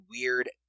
weird